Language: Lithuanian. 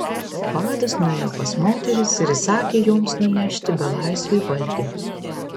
vadas nuėjo pas moteris ir įsakė joms nunešti belaisviui valgio